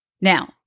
Now